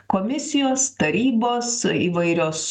komisijos tarybos įvairios